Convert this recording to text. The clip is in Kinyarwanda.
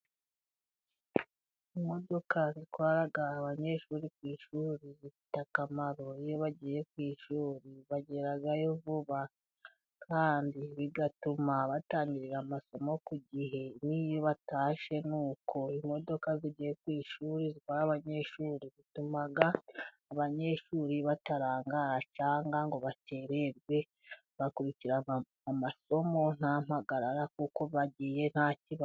Imodoka zitwara abanyeshuri ku ishuri zifite akamaro. Iyo bagiye ku ishuri bagerayo vuba, kandi bigatuma batangirira amasomo ku gihe. N'iyo batashye ni uko. Imodoka zigiye ku ishuri zitwara abanyeshuri zituma abanyeshuri batarangara cyangwa ngo bakererwe. Bakurikira amasomo nta mpagarara kuko bagiye nta kibazo.